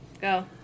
Go